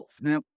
Now